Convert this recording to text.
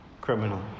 criminal